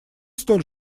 столь